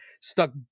stuck